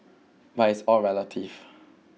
but it's all relative